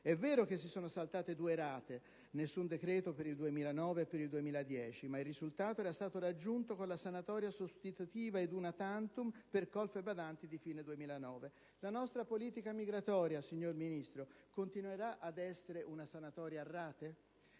È vero che si sono saltate due rate (nessun decreto flussi per il 2009 e per il 2010), ma il risultato era stato raggiunto con la sanatoria sostitutiva ed *una tantum* per colf e badanti di fine 2009. La nostra politica migratoria, signor Ministro, continuerà ad essere una sanatoria a rate?